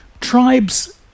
tribes